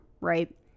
right